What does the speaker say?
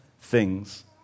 things